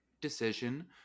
decision